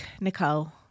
Nicole